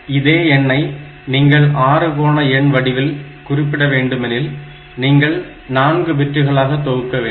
இதே எண்ணை நீங்கள் அறுகோண எண் வடிவில் குறிப்பிட வேண்டுமெனில் நீங்கள் 4 பிட்டுகளாக தொகுக்க வேண்டும்